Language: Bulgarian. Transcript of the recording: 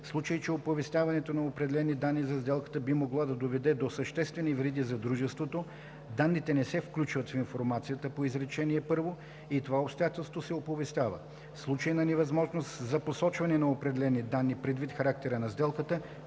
случай че оповестяването на определени данни за сделката би могло да доведе до съществени вреди за дружеството, данните не се включват в информацията по изречение първо и това обстоятелство се оповестява. В случай на невъзможност за посочване на определени данни предвид характера на сделката,